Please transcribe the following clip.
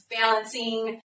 balancing